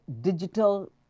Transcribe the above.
digital